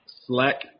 Slack